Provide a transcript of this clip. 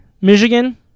Michigan